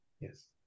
Yes